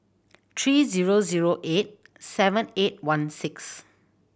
three zero zero eight seven eight one six